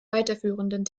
weiterführenden